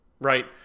right